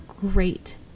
great